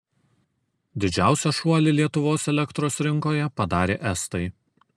didžiausią šuolį lietuvos elektros rinkoje padarė estai